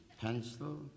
pencil